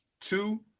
Two